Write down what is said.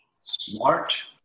Smart